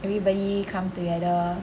everybody come together